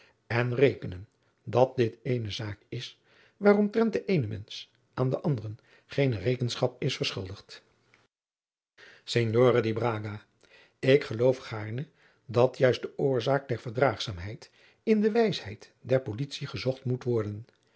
en rekenen dat dit eene zaak is waaromtrent de eene mensch aan den anderen geene rekenschap is verschuldigd signore di braga ik geloof gaarne dat juist de oorzaak der verdraagzaamheid in de wijsheid der politie gezocht moet worden